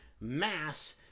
mass